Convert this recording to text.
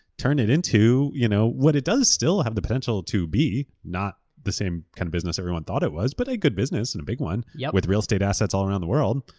turn it into you know what it does still have to potential to be, not the same kind of business everyone thought it was, but a good business and big one yeah with real estate assets all around the world,